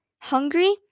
hungry